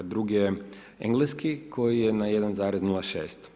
Drugi je engleski koji je na 1,06.